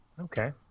Okay